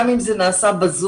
גם אם זה נעשה בזום,